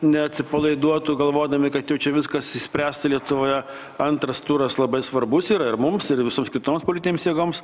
neatsipalaiduotų galvodami kad jau čia viskas išspręsta lietuvoje antras turas labai svarbus yra ir mums ir visoms kitoms politinėms jėgoms